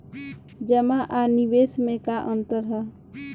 जमा आ निवेश में का अंतर ह?